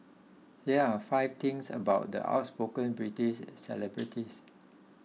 here are five things about the outspoken British celebrity